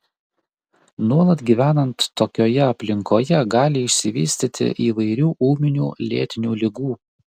nuolat gyvenant tokioje aplinkoje gali išsivystyti įvairių ūminių lėtinių ligų